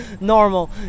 normal